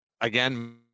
again